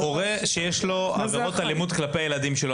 הורה שיש לו עבירות אלימות כלפי הילדים שלו,